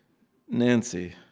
nancy